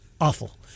Awful